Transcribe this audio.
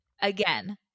Again